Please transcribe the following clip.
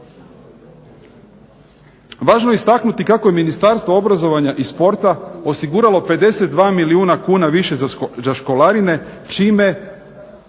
Važno je istaknuti kako je Ministarstvo obrazovanja i sporta osiguralo 52 milijuna kuna više za školarine čime